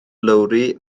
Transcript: lowri